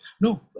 No